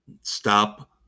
Stop